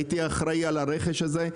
הייתי אחראי על הרכש הזה,